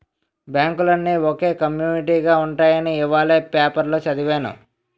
బాంకులన్నీ ఒకే కమ్యునీటిగా ఉంటాయని ఇవాల పేపరులో చదివాను